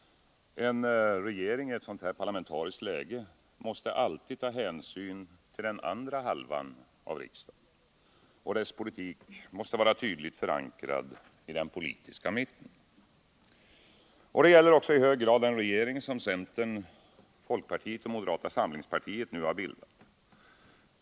En regering i ett sådant parlamentariskt läge måste alltid ta hänsyn till den andra halvan av riksdagen, och dess politik måste vara tydligt förankrad i den politiska mitten. Detta gäller också i hög grad den regering som centern, folkpartiet och moderata samlingspartiet nu har bildat.